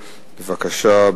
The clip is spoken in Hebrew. בבקשה,